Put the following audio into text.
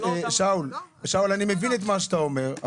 שאול, אני מבין את מה שאתה אומר.